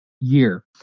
year